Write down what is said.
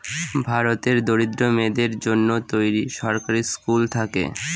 ভারতের দরিদ্র মেয়েদের জন্য তৈরী সরকারি স্কুল থাকে